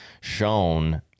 shown